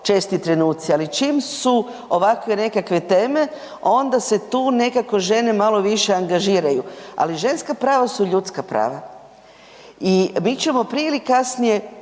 česti trenuci, ali čim su ovakve nekakve teme onda se tu nekako žene malo više angažiraju. Ali ženska prava su ljudska prava i mi ćemo prije ili kasnije